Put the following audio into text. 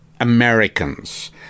Americans